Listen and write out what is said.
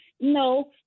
No